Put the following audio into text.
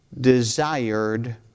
desired